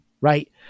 right